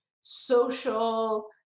social